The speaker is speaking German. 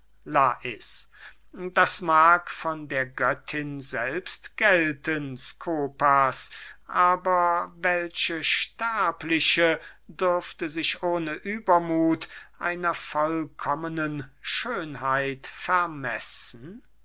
lais das mag von der göttin selbst gelten skopas aber welche sterbliche dürfte sich ohne übermuth einer vollkommenen schönheit vermessen